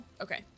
Okay